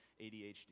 ADHD